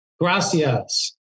gracias